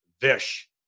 Vish